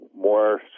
more